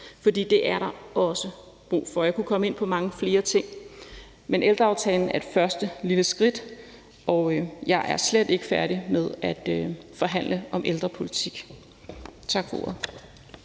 for det er der også brug for. Jeg kunne komme ind på mange flere ting, men jeg vil sige, at ældreaftalen er et første lille skridt, og jeg er slet ikke færdig med at forhandle om ældrepolitik. Tak for ordet.